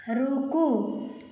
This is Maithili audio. रूकु